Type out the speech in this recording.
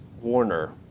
Warner